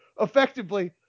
Effectively